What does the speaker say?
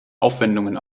aufwendungen